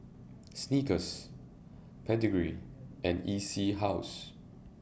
Snickers Pedigree and E C House